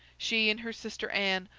she and her sister anne,